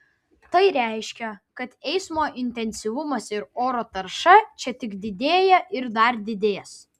tai reiškia kad eismo intensyvumas ir oro tarša čia tik didėja ir dar didės